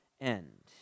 end